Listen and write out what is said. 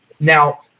now